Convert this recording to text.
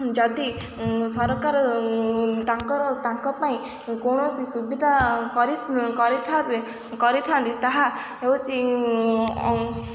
ଯଦି ସରକାର ତାଙ୍କର ତାଙ୍କ ପାଇଁ କୌଣସି ସୁବିଧା କରି କରିଥାନ୍ତି ତାହା ହେଉଛି